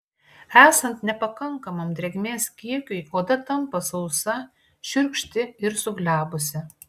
esant nepakankamam drėgmės kiekiui oda tampa sausa šiurkšti ir suglebusi